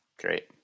Great